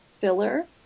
filler